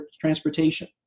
transportation